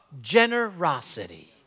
generosity